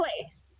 place